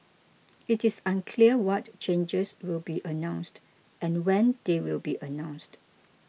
it is unclear what changes will be announced and when they will be announced